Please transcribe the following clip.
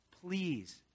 Please